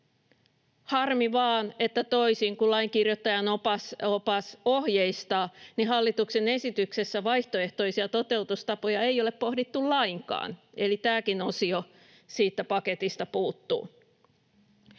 Harmi vain, että toisin kuin Lainkirjoittajan opas ohjeistaa, hallituksen esityksessä vaihtoehtoisia toteutustapoja ei ole pohdittu lainkaan, eli tämäkin osio siitä paketista puuttuu.